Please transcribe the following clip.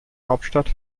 hauptstadt